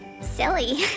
silly